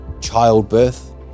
childbirth